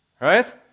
Right